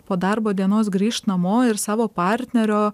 po darbo dienos grįžt namo ir savo partnerio